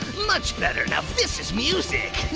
much better! now, this is music!